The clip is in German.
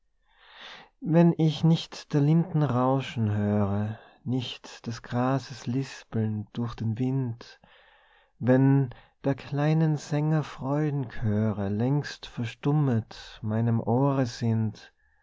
wenn ich nicht der linden rauschen höre nicht des grases lispeln durch den wind wenn der kleinen sänger freudenchöre längst verstummet meinem ohre sind